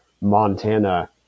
Montana